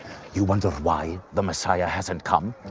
you wonder why the messiah hasn't come?